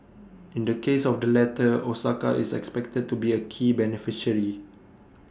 in the case of the latter Osaka is expected to be A key beneficiary